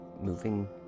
moving